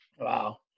wow